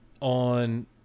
on